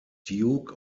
duke